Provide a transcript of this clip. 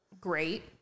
great